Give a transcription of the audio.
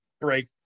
break